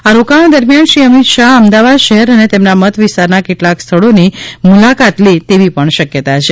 આ રોકાણ દરમિયાન શ્રી અમિત શાહ અમદાવાદ શહેર અને તેમના મત વિસ્તારના કેટલાક સ્થળોની મુલાકાત લે તેવી પણ શકયતા છે